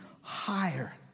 higher